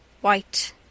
White